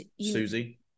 susie